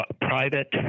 private